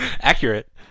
Accurate